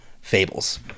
Fables